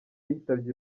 yitabye